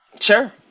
sure